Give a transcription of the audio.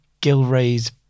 Gilray's